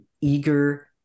eager